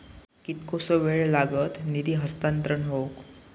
कितकोसो वेळ लागत निधी हस्तांतरण हौक?